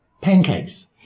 pancakes